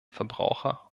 verbraucher